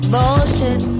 Bullshit